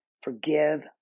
forgive